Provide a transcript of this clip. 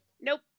Nope